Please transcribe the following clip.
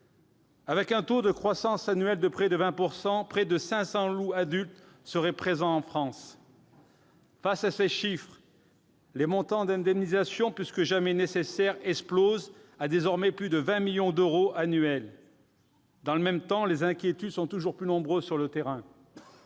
Avec un taux de croissance annuel de près de 20 %, près de 500 loups adultes seraient présents en France. Face à ces chiffres, le montant des indemnisations, plus que jamais nécessaires, explose, jusqu'à atteindre désormais plus de 20 millions d'euros par an. Dans le même temps, les inquiétudes sont toujours plus nombreuses sur le terrain.